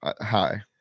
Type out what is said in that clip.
Hi